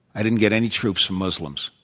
i didn't get any troops from muslims.